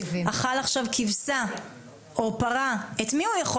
אכל עכשיו כבשה או פרה את מי הוא יכול